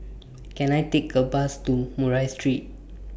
Can I Take A Bus to Murray Street